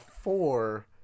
four